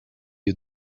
you